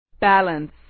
Balance